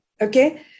okay